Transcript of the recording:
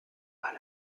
pas